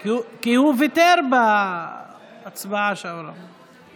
כי הוא ויתר בהצבעה, ויתרתי